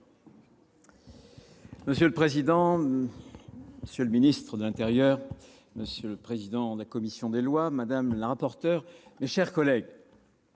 Monsieur le président, monsieur le ministre, monsieur le président de la commission des lois, madame le rapporteur, mes chers collègues,